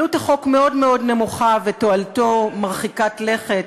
עלות החוק מאוד מאוד נמוכה ותועלתו מרחיקת לכת.